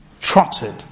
trotted